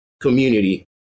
community